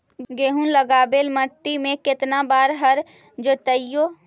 गेहूं लगावेल मट्टी में केतना बार हर जोतिइयै?